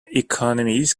economies